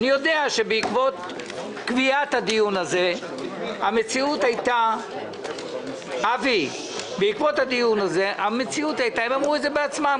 אני יודע שבעקבות קביעת הדיון הזה המציאות היתה הם אמרו את זה בעצמם,